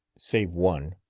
save one.